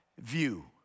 view